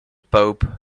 pope